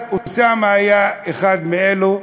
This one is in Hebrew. אז אוסאמה היה אחד מאלו,